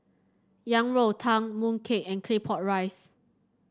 Yang Rou Tang mooncake and Claypot Rice